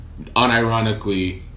unironically